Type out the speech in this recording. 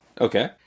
okay